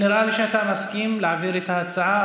נראה לי שאתה מסכים להעביר את ההצעה,